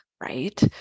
right